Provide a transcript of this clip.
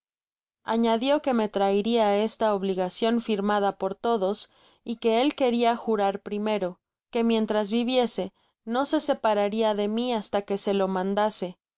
añadió que me traeria esta obligacion firmada por todos y que él queria jurar el primero que mientras viviese no se separaria de mi hasta que se lo man